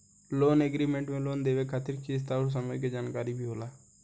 loan agreement में loan के देवे खातिर किस्त अउर समय के जानकारी भी होला